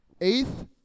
Eighth